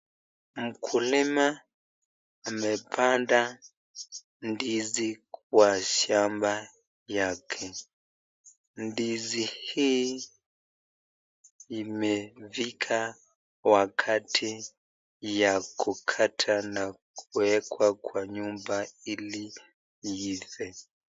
Mkulima amepanda ndizi kwa shamba yake. Ndizi hii imefikwa wakati ya kukata na kuwekwa kwa nyumba ili iive.